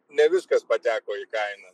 ne viskas pateko į kainą